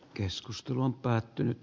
keskustelu on päättynyt